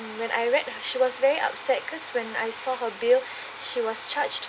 when I read she was very upset because when I saw her bill she was charged